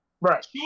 Right